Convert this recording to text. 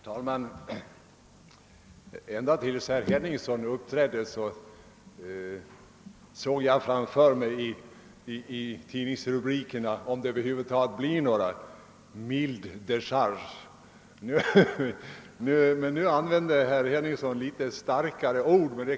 Herr talman! Ända tills herr Henningsson uppträdde i debatten såg jag framför mig tidningsrubriker som »Mild decharge» — om det nu över huvud taget blir några rubriker alls. Men nu använde herr Henningsson litet starkare ord.